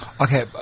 Okay